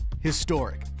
historic